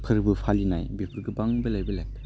फोर्बो फालिनाय बेफोर गोबां बेलेक बेलेक